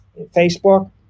Facebook